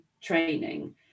training